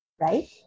right